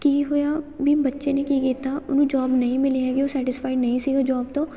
ਕੀ ਹੋਇਆ ਵੀ ਬੱਚੇ ਨੇ ਕੀ ਕੀਤਾ ਉਹਨੂੰ ਜੋਬ ਨਹੀਂ ਮਿਲੀ ਹੈਗੀ ਉਹ ਸੈਟਿਸਫਾਈ ਨਹੀਂ ਸੀ ਉਹ ਜੋਬ ਤੋਂ